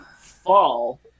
fall